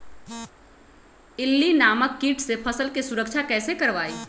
इल्ली नामक किट से फसल के सुरक्षा कैसे करवाईं?